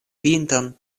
pinton